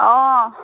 অঁ